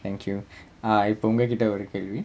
thank you uh இப்ப உங்க கிட்ட ஒரு கேள்வி:ippa unga kitta oru kelvi